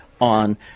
on